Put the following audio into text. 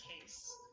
case